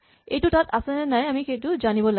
এইটো তাত আছে নে নাই সেইটো জানিব লাগে